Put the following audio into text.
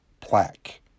plaque